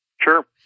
Sure